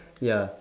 ya